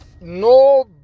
no